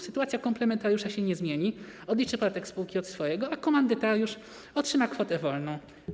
Sytuacja komplementariusza się nie zmieni, odliczy podatek spółki od swojego, a komandytariusz otrzyma kwotę wolną.